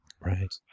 Right